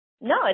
No